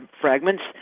fragments